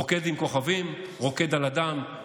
רוקד עם כוכבים, רוקד על הדם.